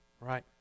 Right